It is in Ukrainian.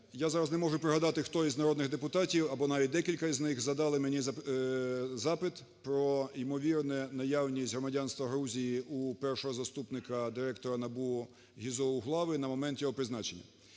я зараз не можу пригадати, хто з народних депутатів або навіть декілька з них задали мені запит про ймовірну наявність громадянства Грузії у першого заступника директора НАБУ Гізо Углави на момент його призначення.